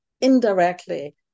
indirectly